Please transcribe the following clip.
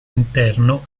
interno